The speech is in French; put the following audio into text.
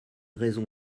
raison